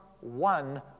one